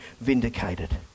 vindicated